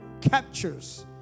captures